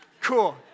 cool